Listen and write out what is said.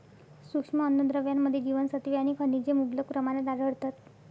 सूक्ष्म अन्नद्रव्यांमध्ये जीवनसत्त्वे आणि खनिजे मुबलक प्रमाणात आढळतात